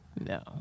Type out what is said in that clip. No